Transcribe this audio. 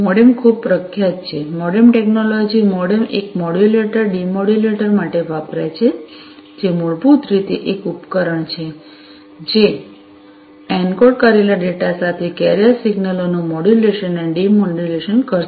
modem ખૂબ પ્રખ્યાત છે મોડેમ ટેક્નોલોજી મોડેમ એ મોડ્યુલેટર ડિમોડ્યુલેટર માટે વપરાય છે જે મૂળભૂત રીતે એક ઉપકરણ છે જે એન્કોડ કરેલા ડેટા સાથે કેરિયર સિગ્નલોનું મોડ્યુલેશન અને ડિમોડ્યુલેશન કરશે